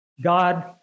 God